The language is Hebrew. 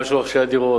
גם של רוכשי הדירות,